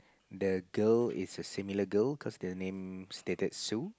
the girl is a similar girl cause the name stated Sue